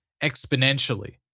exponentially